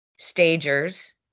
stagers